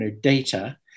data